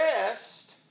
rest